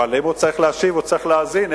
אבל אם הוא צריך להשיב הוא צריך להאזין,